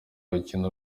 urukino